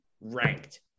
ranked